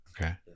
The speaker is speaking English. okay